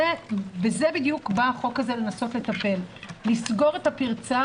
בזה בדיוק באה הצעת החוק הזאת לנסות לטפל לסגור את הפרצה